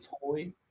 toy